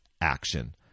action